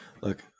Look